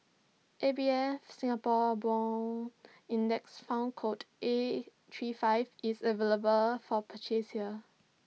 A B F Singapore Bond index fund code A three five is available for purchase here